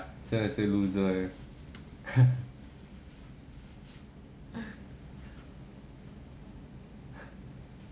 真的是 loser leh